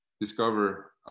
discover